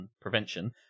Prevention